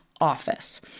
office